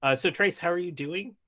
ah so trace how are you doing?